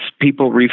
people